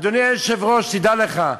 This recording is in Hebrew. אדוני היושב-ראש, דע לך,